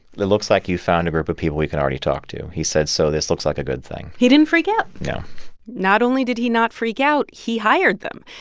it looks like you found a group of people we can already talk to. he said, so this looks like a good thing he didn't freak out no not only did he not freak out, he hired them.